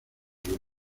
luna